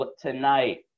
tonight